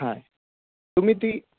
हय तुमी ती